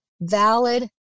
valid